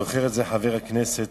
זוכר את זה חבר הכנסת,